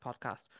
podcast